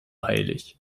heilig